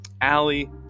Allie